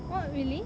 what really